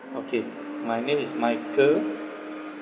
okay my name is michael